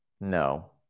No